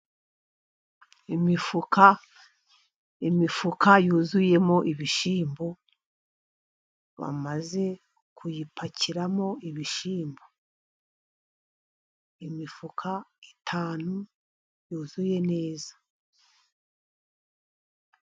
Imifuka, imifuka yuzuyemo ibishyimbo bamaze kuyipakiramo ibishyimbo, imifuka itanu yuzuye neza.